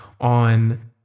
on